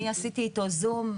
אני עשיתי אתו זום,